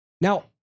Now